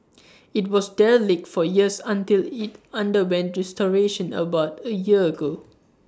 IT was derelict for years until IT underwent restoration about A year ago